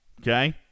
okay